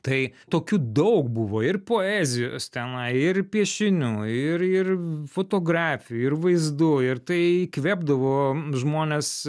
tai tokių daug buvo ir poezijos tenai ir piešinių ir ir fotografijų ir vaizdų ir tai įkvėpdavo žmones